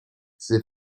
ces